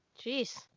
Jeez